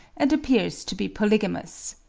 and appears to be polygamous.